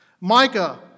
Micah